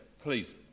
please